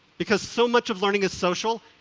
because so much of learning is social,